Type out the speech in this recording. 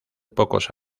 pocos